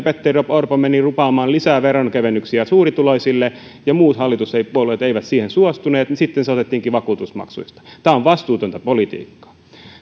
petteri orpo meni lupaamaan lisää veronkevennyksiä suurituloisille ja muut hallituspuolueet eivät siihen suostuneet niin sitten se otettiinkin vakuutusmaksuista tämä on vastuutonta politiikkaa